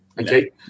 Okay